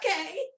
okay